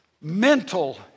mental